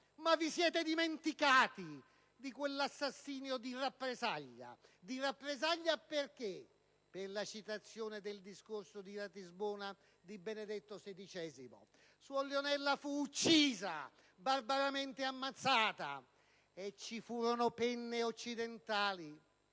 Ma vi siete dimenticati di quell'assassinio di rappresaglia? Perché di rappresaglia? Per la citazione del discorso di Ratisbona di Benedetto XVI. Suor Leonella fu uccisa, barbaramente ammazzata, e ci furono penne occidentali